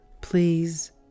please